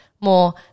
more